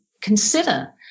consider